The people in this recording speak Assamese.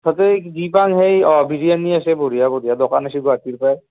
যাতে যি পাওঁ সেই অঁ বিৰিয়ানী আছে বঢ়িয়া বঢ়িয়া দোকান আহিছে গুৱাহাটীৰ পৰাই